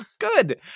Good